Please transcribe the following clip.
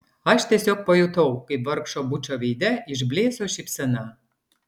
aš tiesiog pajutau kaip vargšo bučo veide išblėso šypsena